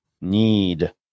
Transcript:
need